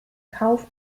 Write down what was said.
kauf